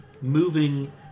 moving